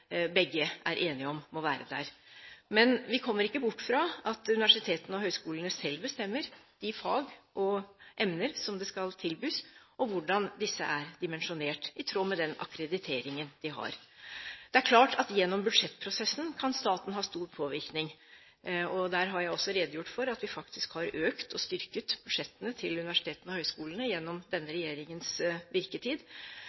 begge er enige om må være der. Men vi kommer ikke bort fra at universitetene og høyskolene selv bestemmer de fag og emner som skal tilbys, og hvordan disse er dimensjonert, i tråd med den akkrediteringen de har. Det er klart at gjennom budsjettprosessen kan staten ha stor påvirkning, og jeg har også redegjort for at vi faktisk har økt – og styrket – budsjettene til universitetene og høyskolene gjennom denne